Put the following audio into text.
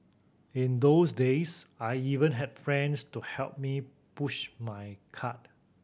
in those days I even had friends to help me push my cart